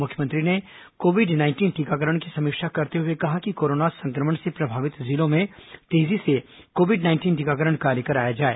मुख्यमंत्री ने covid nineteen टीकाकरण की समीक्षा करते हुए कहा कि कोरोना संक्रमण से प्रभावित जिलों में तेजी से कोविड नाइंटीन टीकाकरण कार्य कराया जाए